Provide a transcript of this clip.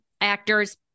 actors